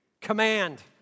Command